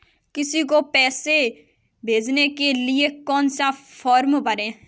किसी को पैसे भेजने के लिए कौन सा फॉर्म भरें?